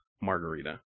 margarita